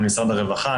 עם משרד הרווחה,